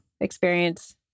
experience